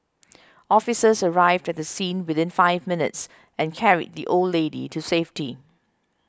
officers arrived at the scene within five minutes and carried the old lady to safety